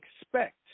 expect